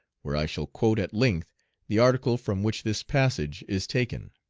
where i shall quote at length the article from which this passage is taken.